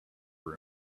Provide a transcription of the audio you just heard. room